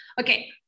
Okay